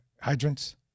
hydrants